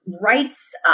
rights